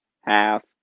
half